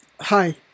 Hi